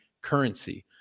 currency